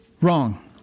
wrong